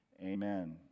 Amen